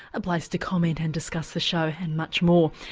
a place to comment and discuss the show and much more.